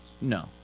no